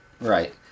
right